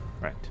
Right